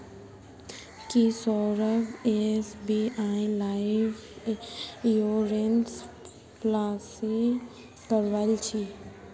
की Saurabh SBI life insurance policy करवइल छि